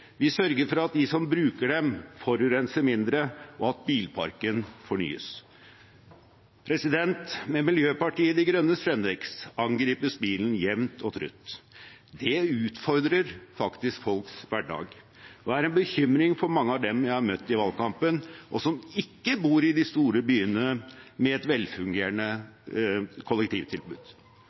vi sørger for at de som bruker dem, forurenser mindre og at bilparken fornyes. Med Miljøpartiet De Grønnes fremvekst angripes bilen jevnt og trutt. Det utfordrer folks hverdag og er en bekymring for mange av dem jeg har møtt i valgkampen – og som ikke bor i de store byene med et velfungerende kollektivtilbud.